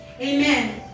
amen